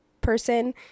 person